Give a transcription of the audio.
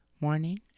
morning